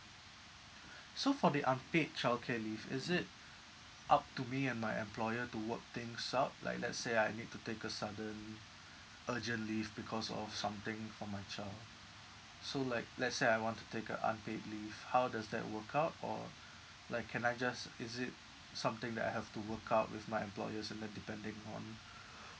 so for the unpaid childcare leave is it up to me and my employer to work things out like let's say I need to take a sudden urgent leave because of something for my child so like let's say I want to take a unpaid leave how does that work out or like can I just is it something that I have to work out with my employers and then depending on